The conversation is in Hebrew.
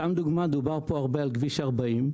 לדוגמה, דובר פה הרבה על כביש 40,